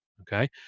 okay